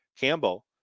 Campbell